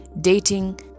dating